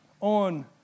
on